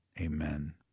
Amen